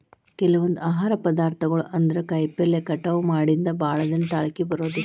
ಕೆಲವೊಂದ ಆಹಾರ ಪದಾರ್ಥಗಳು ಅಂದ್ರ ಕಾಯಿಪಲ್ಲೆ ಕಟಾವ ಮಾಡಿಂದ ಭಾಳದಿನಾ ತಾಳಕಿ ಬರುದಿಲ್ಲಾ